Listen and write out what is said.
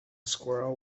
squirrel